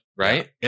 Right